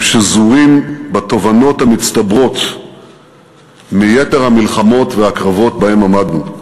הם שזורים בתובנות המצטברות מיתר המלחמות והקרבות שבהם עמדנו.